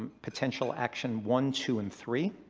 potential action one, two, and three.